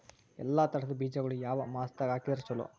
ಎಲ್ಲಾ ತರದ ಬೇಜಗೊಳು ಯಾವ ಮಾಸದಾಗ್ ಹಾಕಿದ್ರ ಛಲೋ?